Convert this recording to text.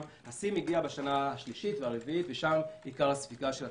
השיא מגיע בשנה השלישית והרביעית ושם עיקר הספיגה של התקציבים.